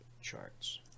charts